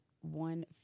one